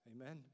Amen